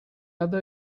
other